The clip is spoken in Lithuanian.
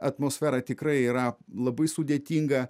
atmosfera tikrai yra labai sudėtinga